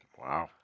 Wow